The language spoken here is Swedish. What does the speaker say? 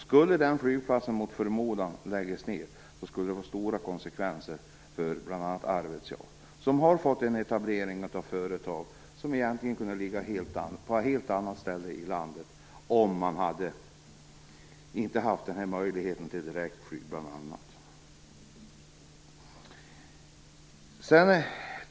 Skulle den flygplatsen mot förmodan läggas ned skulle det få stora konsekvenser för bl.a. Arvidsjaur, som har fått en etablering av företag som egentligen kunde ha legat på något helt annat ställe i landet om man inte i Arvidsjaur bl.a. hade haft möjlighet till direktflyg.